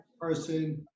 person